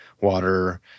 water